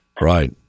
Right